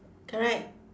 correct